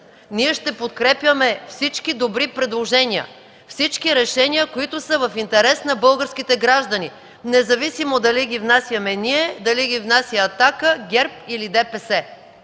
ние ще подкрепяме всички добри предложения, всички решения, които са в интерес на българските граждани, независимо дали ги внасяме ние, дали ги внася „Атака”, ГЕРБ или ДПС.